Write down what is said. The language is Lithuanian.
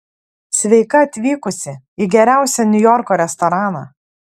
sveika atvykusi į geriausią niujorko restoraną